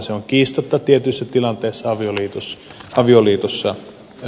se on kiistatta tietyissä tilanteissa avioliitossa vahvempi